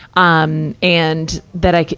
um and, that i